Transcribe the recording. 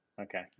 Okay